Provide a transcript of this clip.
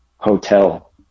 Hotel